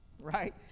right